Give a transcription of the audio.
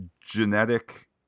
genetic